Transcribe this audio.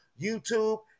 YouTube